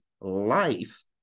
life